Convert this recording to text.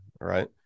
right